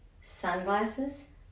sunglasses